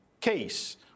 case